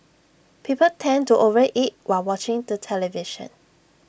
people tend to over eat while watching the television